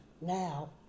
now